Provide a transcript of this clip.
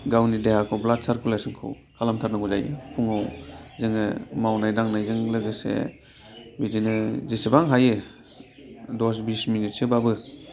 गावनि देहाखौ ब्लाड सारकुलेश'नखौ खालामथारनांगौ जायो फुङाव जोङो मावनाय दांनायजों लोगोसे बिदिनो जेसेबां हायो दस बिस मिनिटसोबाबो